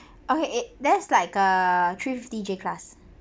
okay it that's like a three fifty J class